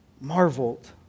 marveled